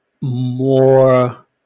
more